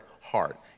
heart